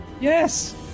Yes